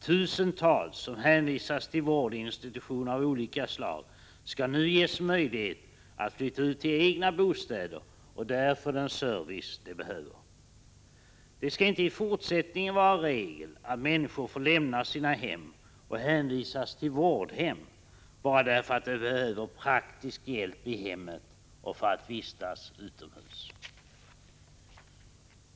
Tusentals som hänvisats till vårdinstitutioner av olika slag skall nu ges möjlighet att flytta ut till egna bostäder och där få den service de behöver. Det skall i fortsättningen inte vara regel att människor får lämna sina hem och hänvisas till vårdhem bara därför att de behöver praktisk hjälp i hemmet och för att vistas utomhus.